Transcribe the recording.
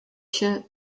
się